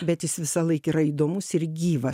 bet jis visąlaik yra įdomus ir gyvas